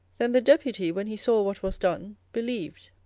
then the deputy, when he saw what was done, believed,